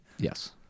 Yes